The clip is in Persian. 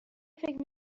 فکر